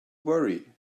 worry